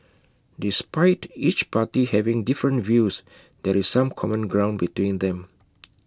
despite each party having different views there is some common ground between them